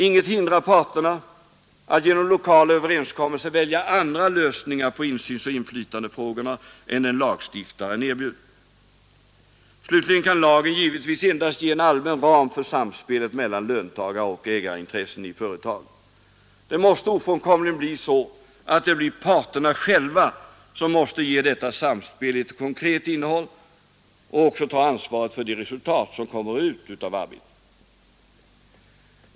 Inget hindrar parterna att genom lokala överenskommelser välja andra lösningar på insynsoch inflytandefrågorna än den lagstiftaren erbjuder. Slutligen kan lagen endast ge en allmän ram för samspelet mellan löntagaroch ägarintressen i företagen. Det blir ofrånkomligen så att parterna själva måste ge detta samspel ett konkret innehåll och också ta ansvaret för de resultat som kommer ut av arbetet.